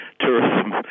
tourism